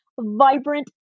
vibrant